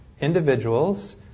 individuals